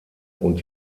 und